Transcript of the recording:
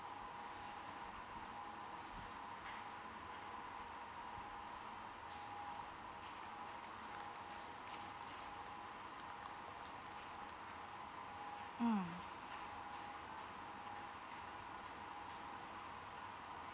mm